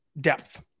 depth